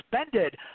suspended